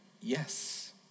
yes